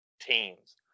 teens